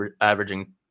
averaging